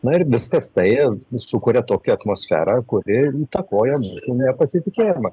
na ir viskas tai sukuria tokią atmosferą kuri įtakoja mūsų nepasitikėjimą